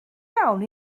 iawn